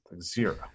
zero